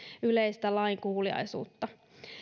yleistä lainkuuliaisuutta